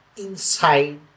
inside